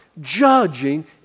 judging